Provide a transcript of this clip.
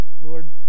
Lord